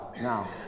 now